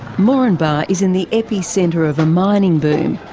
moranbah is in the epicentre of a mining boom.